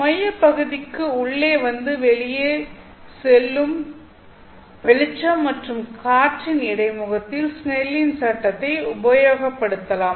மையப் பகுதிக்கு உள்ளே வந்து வெளியே செல்லும் வெளிச்சம் மற்றும் காற்றின் இடைமுகத்தில் ஸ்னெல்லின் சட்டத்தை Snell's law உபயோகப்படுத்தலாம்